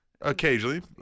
Occasionally